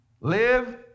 live